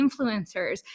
influencers